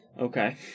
Okay